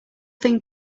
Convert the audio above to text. thing